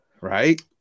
Right